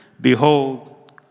Behold